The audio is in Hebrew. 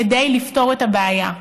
כדי לפתור את הבעיה.